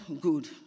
good